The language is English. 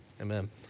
amen